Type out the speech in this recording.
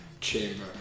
chamber